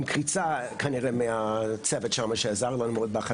עם הצוות שמה שעזר לנו מאוד,